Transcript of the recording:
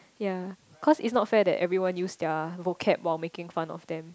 ya cause it's not fair that everyone use their vocab while making fun of them